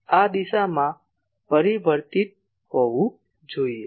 આ દિશામાં પરિવર્તિત હોવું જોઈએ